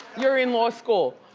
you're in law school?